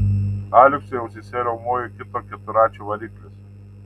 aleksui ausyse riaumojo kito keturračio variklis